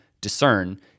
discern